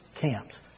camps